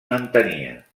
mantenia